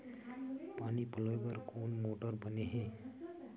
पानी पलोय बर कोन मोटर बने हे?